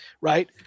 right